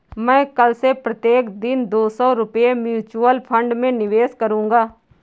मैं कल से प्रत्येक दिन दो सौ रुपए म्यूचुअल फ़ंड में निवेश करूंगा